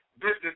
business